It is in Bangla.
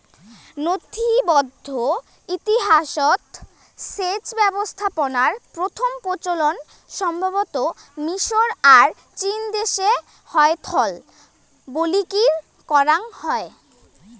নথিবদ্ধ ইতিহাসৎ সেচ ব্যবস্থাপনার প্রথম প্রচলন সম্ভবতঃ মিশর আর চীনদেশে হইথল বলিকি ধরাং হই